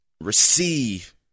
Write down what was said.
receive